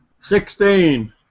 Sixteen